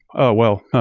oh well,